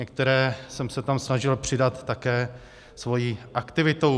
Některé jsem se tam snažil přidat také svou aktivitou.